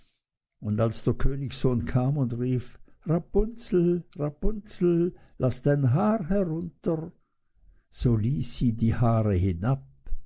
und als der königssohn kam und rief rapunzel rapunzel laß dein haar herunter so ließ sie die haare hinab